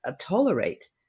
tolerate